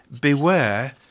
beware